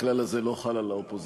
הכלל הזה לא חל על האופוזיציה.